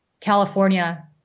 California